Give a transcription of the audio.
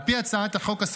על פי הצעת החוק,